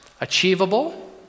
achievable